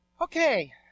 Okay